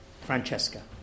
Francesca